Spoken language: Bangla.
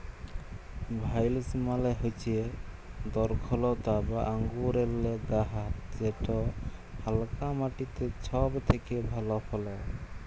ভাইলস মালে হচ্যে দরখলতা বা আঙুরেল্লে গাহাচ যেট হালকা মাটিতে ছব থ্যাকে ভালো ফলে